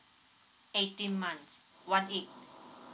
eighteen months one eight